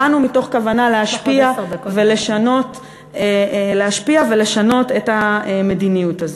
ובאנו מתוך כוונה להשפיע ולשנות את המדיניות הזאת.